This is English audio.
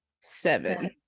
seven